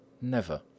Never